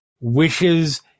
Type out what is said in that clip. wishes